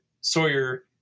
Sawyer